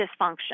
dysfunction